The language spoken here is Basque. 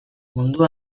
mundua